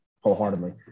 wholeheartedly